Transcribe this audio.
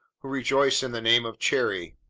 who rejoiced in the name of cherry,